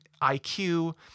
IQ